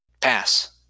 Pass